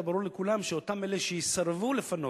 היה ברור לכולם שאותם אלה שיסרבו לפנות,